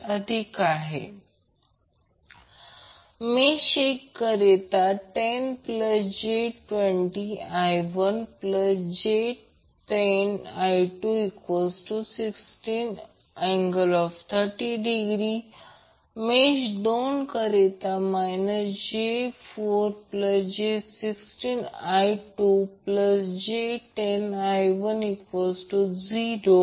तर आकृती 2 च्या RC सीरिज सर्किटमध्ये इंडक्टीव सर्किटप्रमाणे Q असेल मॅक्झिमम स्टोअरड एनर्जी ही 12 CVmax 2 किंवा दुसरी गोष्ट अशी आहे की जर कॅपेसिटरचा रिअक्टॅन्स XC असेल तर Vmax XC I max असे लिहिले आहे